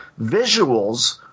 visuals